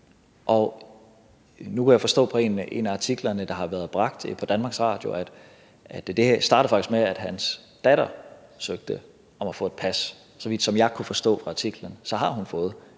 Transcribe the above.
Nu kunne jeg forstå ud fra en af artiklerne, der har været bragt på DR, at det faktisk startede med, at hans datter søgte om at få et pas, og såvidt jeg kunne forstå det ud fra artiklen, har hun fået